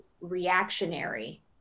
reactionary